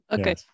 okay